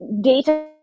data